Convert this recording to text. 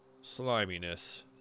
sliminess